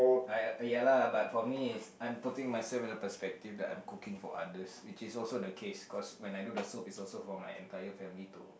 I uh ya lah but for me is I'm putting myself in perspective that I'm cooking for others which is also the case cause when I do the soup is also for my entire family to